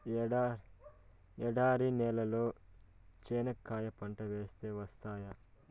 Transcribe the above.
ఎడారి నేలలో చెనక్కాయ పంట వేస్తే వస్తాయా?